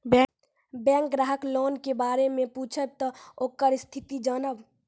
Bank ग्राहक loan के बारे मैं पुछेब ते ओकर स्थिति जॉनब?